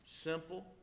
Simple